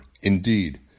Indeed